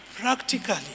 practically